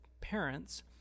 parents